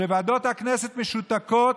כשוועדות הכנסת משותקות,